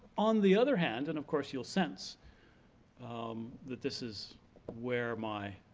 on the other hand, and of course you'll sense um that this is where my